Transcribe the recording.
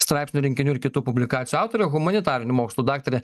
straipsnių rinkinių ir kitų publikacijų autorė humanitarinių mokslų daktarė